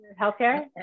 healthcare